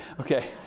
Okay